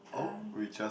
oh we just